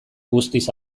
guztiz